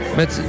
met